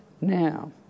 now